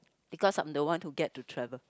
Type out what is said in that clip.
because I'm the one who get to travel